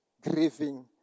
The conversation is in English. grieving